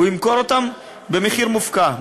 הוא ימכור אותם במחיר מופקע,